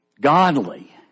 godly